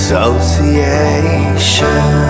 Association